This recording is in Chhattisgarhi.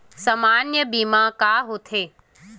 सामान्य बीमा का होथे?